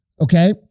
Okay